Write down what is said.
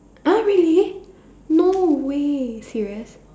!huh! really no way serious